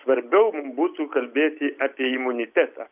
svarbiau mum būtų kalbėti apie imunitetą